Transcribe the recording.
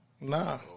Nah